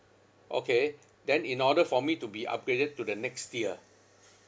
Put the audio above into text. okay then in order for me to be upgraded to the next tier